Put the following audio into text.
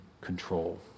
control